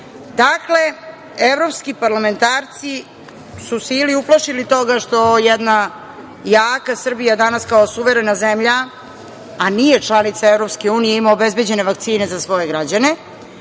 V".Evropski parlamentarci su se ili uplašili toga što jedna jaka Srbija danas kako suverena zemlja, a nije članica EU, ima obezbeđene vakcine za svoje građane